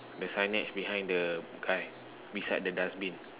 the signage behind the guy beside the dustbin